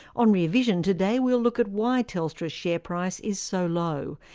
on rear vision today we'll look at why telstra's share price is so low,